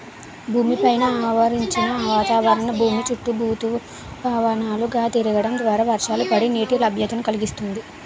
భూమి పైన ఆవరించిన వాతావరణం భూమి చుట్టూ ఋతుపవనాలు గా తిరగడం ద్వారా వర్షాలు పడి, నీటి లభ్యతను కలిగిస్తుంది